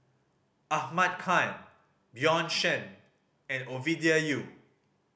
Ahmad Khan Bjorn Shen and Ovidia Yu